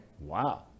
Wow